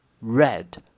red